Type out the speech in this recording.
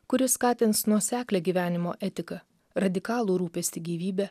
kuris skatins nuoseklią gyvenimo etiką radikalų rūpestį gyvybe